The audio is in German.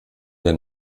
der